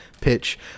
pitch